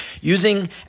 using